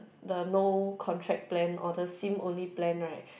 the no contract plan or the Sim only plan right